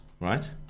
right